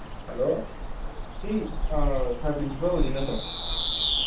hello ꯁꯤ sir principal ꯑꯣꯏꯗꯣꯏ ꯅꯠꯇ꯭ꯔꯣ